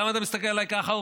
למה אתה מסתכל עליי ככה,